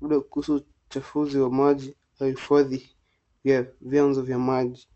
labda kuhusu uchafuzi wa maji au uhifadhi wa vyanzo vya maji.